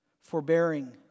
forbearing